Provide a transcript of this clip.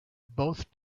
both